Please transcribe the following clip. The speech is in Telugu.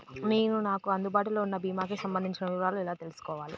నేను నాకు అందుబాటులో ఉన్న బీమా కి సంబంధించిన వివరాలు ఎలా తెలుసుకోవాలి?